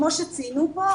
כמו שציינו כאן,